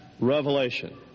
revelation